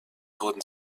wurden